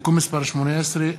(תיקון מס' 18),